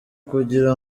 kugira